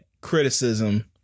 criticism